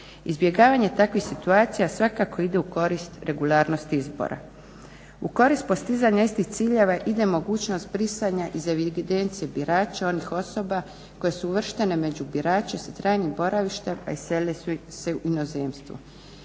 Izbjegavanje takvih situacija svakako ide u korist regularnosti izbora. U korist postizanja istih ciljeva ide mogućnost brisanja iz evidencije birača onih osoba koje su uvrštene među birače s trajnim boravištem, a iselile su se u inozemstvo,